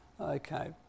Okay